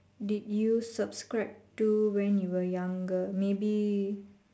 did you subscribe to when you were younger maybe